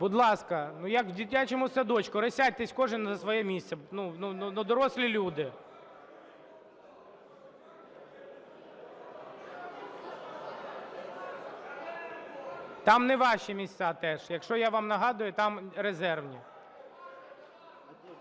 Будь ласка, ну, як в дитячому садочку! Розсядьтесь кожен на своє місце. Ну, дорослі люди! Там не ваші місця теж. Якщо… я вам нагадую, там резервні.